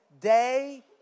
day